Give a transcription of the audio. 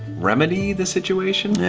remedy the situation?